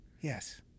Yes